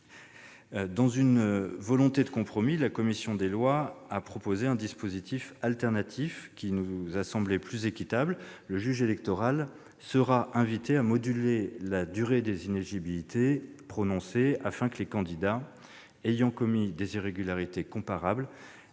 Dans une volonté de compromis, la commission des lois a proposé un dispositif alternatif, qui lui a semblé plus équitable. Le juge électoral sera invité à moduler la durée des inéligibilités prononcées, afin que les candidats ayant commis des irrégularités comparables